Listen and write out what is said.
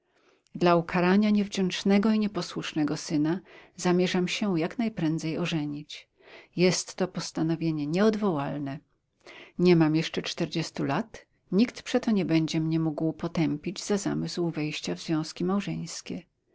dla ukarania niewdzięcznego i nieposłusznego syna zamierzam się jak najprędzej ożenić jest to postanowienie nieodwołalne nie mam jeszcze czterdziestu lat nikt przeto nie będzie mnie mógł potępić za zamysł wejścia w związki małżeńskie